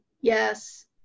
yes